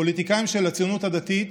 הפוליטיקאים של הציונות הדתית